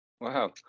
wow